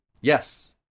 Yes